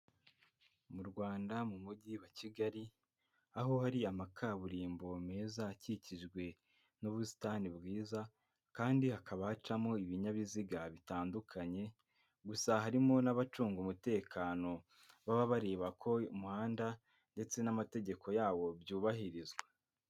Mu Rwanda mu mujyi wa Kigali, aho hari amakaburimbo meza akikijwe n'ubusitani bwiza kandi hakaba hacamo ibinyabiziga bitandukanye, gusa harimo n'abacunga umutekano baba bareba ko umuhanda ndetse n'amategeko yawo byubahirizwa.